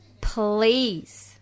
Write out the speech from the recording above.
please